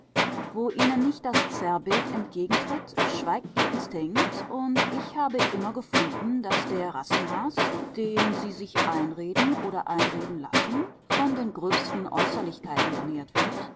wo ihnen nicht das zerrbild entgegentritt schweigt ihr instinkt und ich habe immer gefunden daß der rassenhaß den sie sich einreden oder einreden lassen von den gröbsten äußerlichkeiten genährt wird